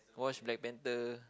watch Black Panther